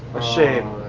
a shame,